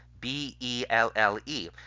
B-E-L-L-E